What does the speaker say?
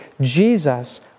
Jesus